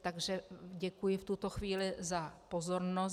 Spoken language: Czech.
Takže děkuji v tuto chvíli za pozornost.